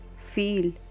feel